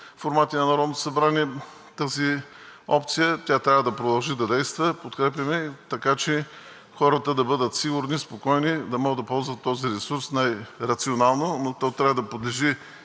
формати на Народното събрание тази опция, тя трябва да продължи да действа. Подкрепяме я, така че хората да бъдат сигурни, спокойни да могат да ползват този ресурс най-рационално, но то трябва да подлежи...